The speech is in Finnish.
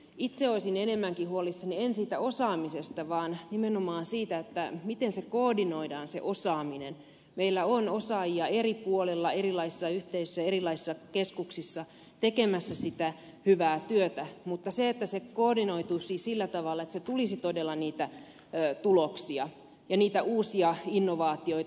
itse olisin enemmänkin huolissani en siitä osaamisesta vaan nimenomaan siitä miten koordinoidaan se osaaminen meillä on osaajia eri puolilla erilaisissa yhteisöissä erilaisissa keskuksissa tekemässä sitä hyvää työtä mutta se että se koordinoituisi sillä tavalla että tulisi todella niitä tuloksia ja niitä uusia innovaatioita